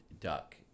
duck